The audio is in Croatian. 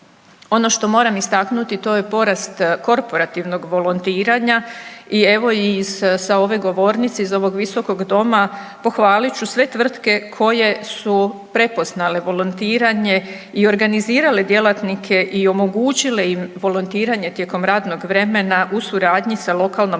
Ono što moram istaknuti to je porast korporativnog volontiranja i evo i iz, sa ove govornice iz ove visokog doma pohvalit ću sve tvrtke koje su prepoznale volontiranje i organizirale djelatnike i omogućile im volontiranje tijekom radnog vremena u suradnji sa lokalnom